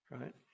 right